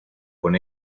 con